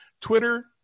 Twitter